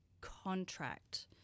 contract